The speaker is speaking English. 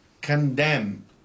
condemn